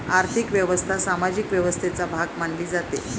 आर्थिक व्यवस्था सामाजिक व्यवस्थेचा भाग मानली जाते